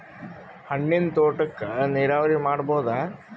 ಹಣ್ಣಿನ್ ತೋಟಕ್ಕ ನೀರಾವರಿ ಮಾಡಬೋದ?